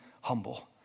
humble